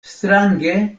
strange